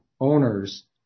owners